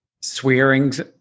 swearing's